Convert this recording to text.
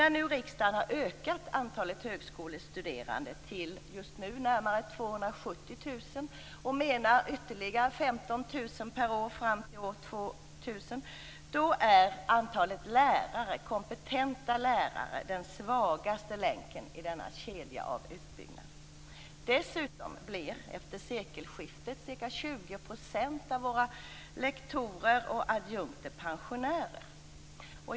När nu riksdagen har ökat antalet högskolestuderande - just nu till närmare 270 000 högskolestuderande, och det skall ske en ökning med ytterligare 15 000 personer varje år fram till år 2000 - är antalet kompetenta lärare den svagaste länken i denna utbyggnadskedja. Efter sekelskiftet blir dessutom ca 20 % av lektorerna och adjunkterna pensionärer.